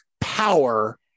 power